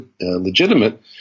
legitimate